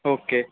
okay